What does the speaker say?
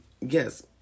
yes